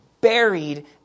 buried